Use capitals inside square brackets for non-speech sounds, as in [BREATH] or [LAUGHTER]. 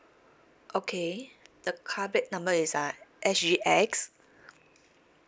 okay the car plate number is uh S G X [BREATH]